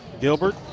Gilbert